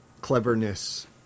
cleverness